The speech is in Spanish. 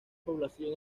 población